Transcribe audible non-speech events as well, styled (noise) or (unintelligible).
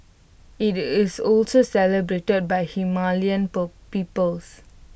IT is also celebrated by Himalayan (unintelligible) peoples